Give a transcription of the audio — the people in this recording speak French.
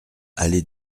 allée